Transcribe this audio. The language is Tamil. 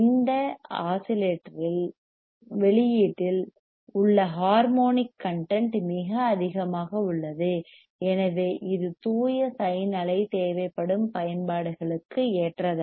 இந்த ஆஸிலேட்டரின் வெளியீட்டில் உள்ள ஹார்மோனிக் கன்டென்ட் மிக அதிகமாக உள்ளது எனவே இது தூய சைன் அலை தேவைப்படும் பயன்பாடுகளுக்கு ஏற்றதல்ல